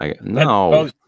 No